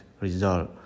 result